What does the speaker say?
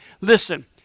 listen